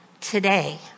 today